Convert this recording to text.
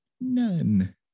none